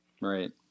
Right